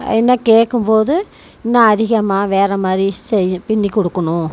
என்ன கேட்கம் போது இன்னும் அதிகமாக வேறமாதிரி செய் பின்னிக் கொடுக்கணும்